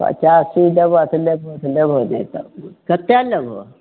पचासी देबो तऽ लेबहो तऽ लेबहो नहि तऽ कतेक लेबहो